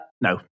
No